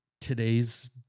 today's